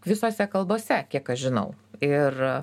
visose kalbose kiek aš žinau ir